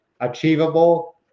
achievable